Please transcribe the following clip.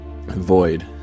void